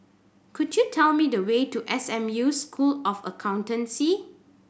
could you tell me the way to S M U School of Accountancy